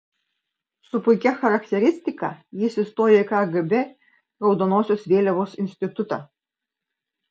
su puikia charakteristika jis įstojo į kgb raudonosios vėliavos institutą